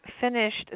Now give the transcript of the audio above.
finished